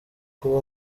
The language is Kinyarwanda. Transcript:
kuba